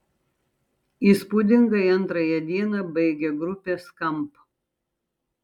įspūdingai antrąją dieną baigė grupė skamp